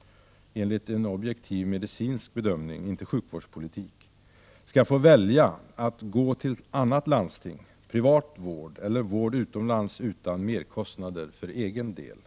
— enligt en objektiv medicinsk bedömning, inte en sjukvårdspolitisk — skall ha möjlighet att välja ett annat landsting, privat vård eller vård utomlands utan merkostnader för egen del.